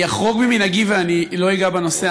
אני אחרוג ממנהגי ואני לא אגע בנושא.